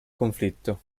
conflitto